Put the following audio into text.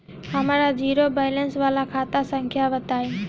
हमर zero balance वाला खाता संख्या बताई?